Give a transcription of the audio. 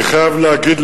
אני חייב להגיד,